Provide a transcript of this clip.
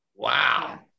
wow